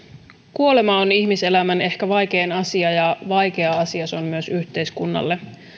kuolema on ihmiselämän ehkä vaikein asia ja vaikea asia se on myös yhteiskunnalle